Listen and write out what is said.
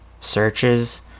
searches